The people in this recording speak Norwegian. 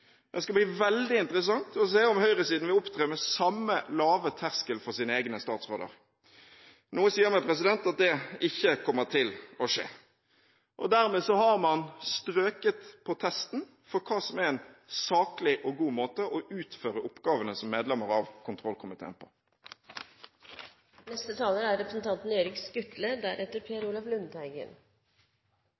som skal til for å kritisere en statsråd. Det skal bli veldig interessant å se om høyresiden vil opptre med samme lave terskel for sine egne statsråder. Noe sier meg at det ikke kommer til å skje. Dermed har man strøket på testen for hva som er en saklig og god måte å utføre oppgavene som medlemmer av kontrollkomiteen på.